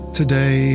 today